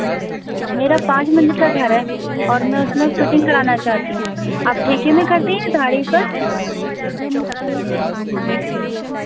میرا پانچ منزل کا گھر ہے اور میں اس میں فٹنگ کرانا چاہتی ہوں آپ ٹھیکے میں کرتے ہیں یا دہاڑھی پر